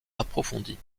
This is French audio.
approfondies